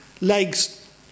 legs